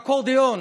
אקורדיון.